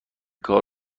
کار